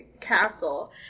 castle